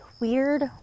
weird